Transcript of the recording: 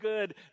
good